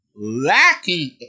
lacking